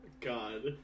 God